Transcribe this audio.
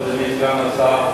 חבר הכנסת מוזס,